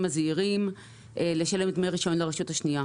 הזעירים לשלם דמי רישיון לרשות השנייה.